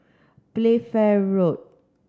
Playfair Road